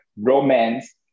romance